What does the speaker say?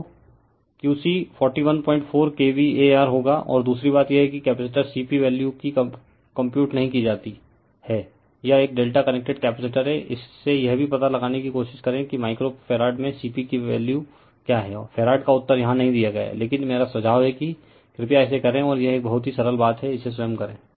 तो Q c 414kVAr होगा और दूसरी बात यह है कि कैपेसिटर C P वैल्यू की कंप्यूट नहीं की जाती है यह एक डेल्टा कनेक्टेड कैपेसिटर है इससे यह भी पता लगाने की कोशिश करें कि माइक्रो फैराड में C P की वैल्यू क्या है फैराड का उत्तर यहाँ नहीं दिया गया है लेकिन मेरा सुझाव है कि कृपया इसे करें और यह एक बहुत ही सरल बात है इसे स्वयं करें